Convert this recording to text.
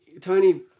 Tony